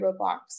roadblocks